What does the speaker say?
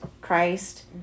Christ